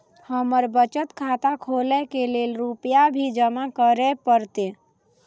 हमर बचत खाता खोले के लेल रूपया भी जमा करे परते?